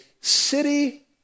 city